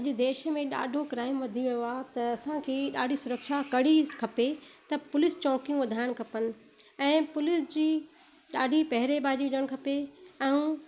अॼु देश में ॾाढो क्राइम वधी वियो आहे त असांखे ॾाढी सुरक्षा कड़ी खपे त पुलिस चौकियूं वधाइण खपनि ऐं पुलिस जी ॾाढी पहिरे बाजी हुजणु खपे ऐं